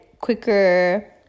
quicker